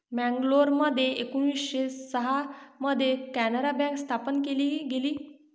मंगलोरमध्ये एकोणीसशे सहा मध्ये कॅनारा बँक स्थापन केली गेली